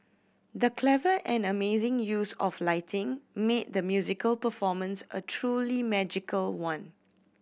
the clever and amazing use of lighting made the musical performance a truly magical one